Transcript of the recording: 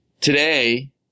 Today